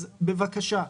אז בבקשה.